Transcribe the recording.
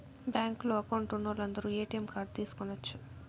బ్యాంకులో అకౌంట్ ఉన్నోలందరు ATM card తీసుకొనచ్చు